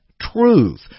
truth